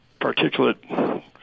particulate